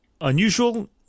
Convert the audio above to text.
Unusual